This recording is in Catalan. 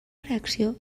reacció